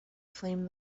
flame